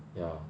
yeah